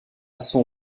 son